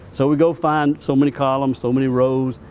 so we go find so many columns, so many rows,